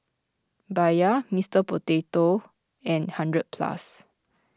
Bia Mister Potato and hundred Plus